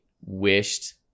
wished